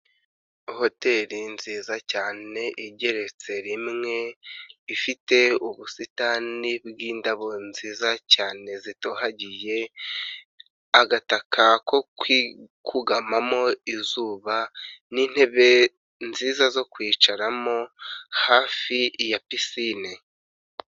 Hoteri nziza cyane igeretse rimwe, ifite ubusitani bw'indabyo nziza cyane zitohagiye, agataka kokugamamo izuba, n'intebe nziza zo kwicaramo hafi ya pisine.